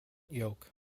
yoke